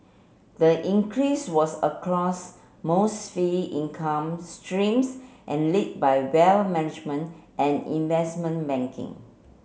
the increase was across most fee income streams and lead by well management and investment banking